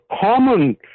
common